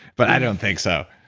but i don't think so